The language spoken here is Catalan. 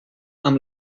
amb